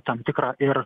tam tikrą ir